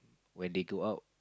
when they go out